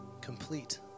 complete